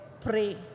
pray